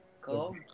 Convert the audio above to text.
Cool